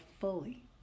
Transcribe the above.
fully